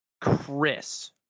Chris